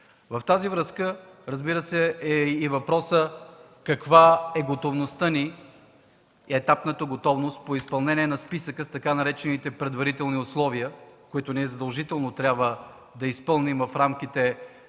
В тази връзка е и въпросът: каква е готовността ни – етапната готовност по изпълнение на списъка с така наречените „предварителни условия”, които задължително трябва да изпълним в рамките